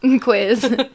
quiz